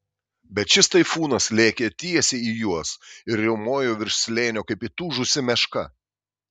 bet šis taifūnas lėkė tiesiai į juos ir riaumojo virš slėnio kaip įtūžusi meška